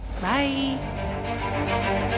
Bye